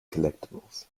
collectibles